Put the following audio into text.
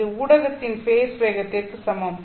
இது ஊடகத்தின் ஃபேஸ் வேகத்திற்கு சமம்